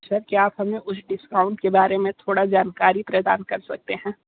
sir क्या आप हमें उस डिस्काउंट के बारे मे थोड़ा जानकारी प्रदान कर सकते हैं